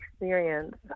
experience